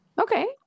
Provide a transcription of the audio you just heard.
Okay